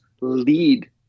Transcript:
lead